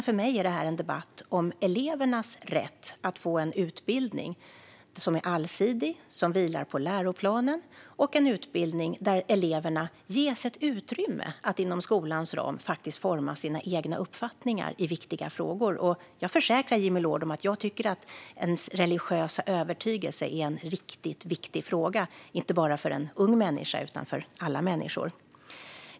För mig är det en debatt om elevernas rätt att få en utbildning som är allsidig och som vilar på läroplanen och en utbildning där eleverna ges ett utrymme att inom skolans ram forma sina egna uppfattningar i viktiga frågor. Jag försäkrar Jimmy Loord att jag tycker att ens religiösa övertygelse är en riktigt viktig fråga, inte bara för en ung människa utan för alla människor.